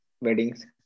weddings